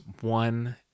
one